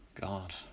God